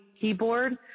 keyboard